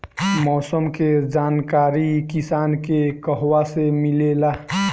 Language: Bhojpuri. मौसम के जानकारी किसान के कहवा से मिलेला?